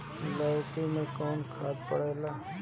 लौकी में कौन खाद पड़ेला?